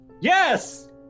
Yes